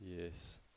Yes